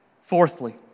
Fourthly